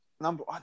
number